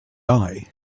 die